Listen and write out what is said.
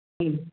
હા